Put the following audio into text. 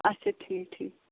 اَچھا ٹھیٖک ٹھیٖک